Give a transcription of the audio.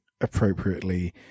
appropriately